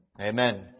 amen